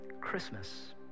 Christmas